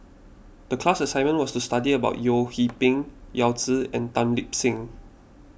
the class assignment was to study about Yeo Hwee Bin Yao Zi and Tan Lip Seng